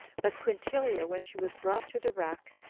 but quintilia, when she was brought to the rack,